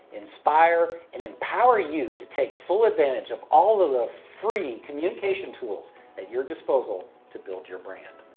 inspire and empower you to take full advantage of all the free communication tools at your disposal to build your brand.